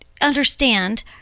understand